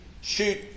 shoot